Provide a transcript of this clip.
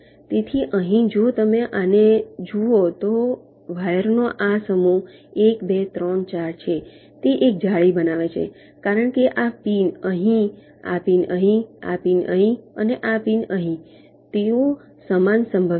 તેથી અહીં જો તમે આને જુઓ તો વાયરનો આ સમૂહ 1 2 3 4 છે તેઓ એક જાળી બનાવે છે કારણ કે આ પિન અહીં આ પિન અહીં આ પિન અહીં અને આ પિન અહીં તેઓ સમાન સંભવિત છે